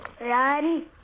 Run